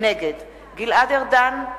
נגד גלעד ארדן,